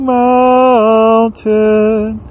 mountain